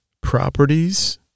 properties